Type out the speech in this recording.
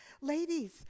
Ladies